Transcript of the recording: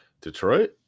Detroit